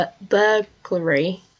burglary